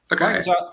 okay